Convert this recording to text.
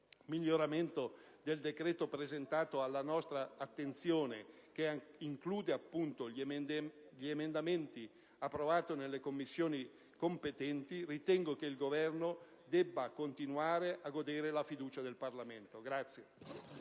miglioramento del decreto presentato alla nostra attenzione, che include, appunto, gli emendamenti approvati nelle Commissioni competenti, ritengo che il Governo debba continuare a godere della fiducia del Parlamento.